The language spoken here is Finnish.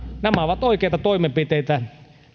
nämä ovat oikeita toimenpiteitä